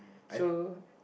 so